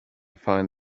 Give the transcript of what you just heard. find